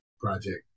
Project